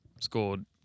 scored –